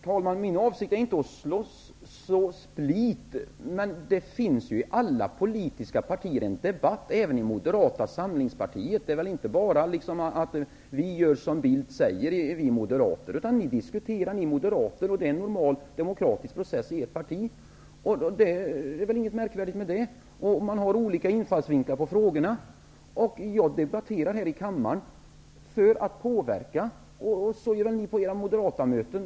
Herr talman! Min avsikt är inte att så split, men det finns ju en debatt i alla politiska partier, även i Moderata samlingspartiet. Ni moderater gör väl inte bara som Carl Bildt säger, utan ni diskuterar väl sinsemellan och det är en normal demokratisk process i ett parti. Det är väl inget märkvärdigt med det. Man har olika infallsvinklar när det gäller olika frågor. Jag debatterar här i kammaren för att påverka, och detsamma gör ni väl på era moderatmöten.